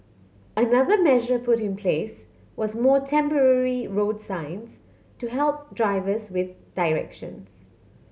another measure put in place was more temporary road signs to help drivers with directions